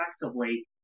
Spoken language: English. effectively